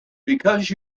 because